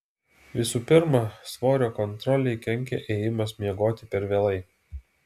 visų pirma svorio kontrolei kenkia ėjimas miegoti per vėlai